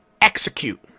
Execute